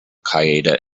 qaeda